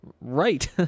right